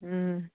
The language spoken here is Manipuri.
ꯎꯝ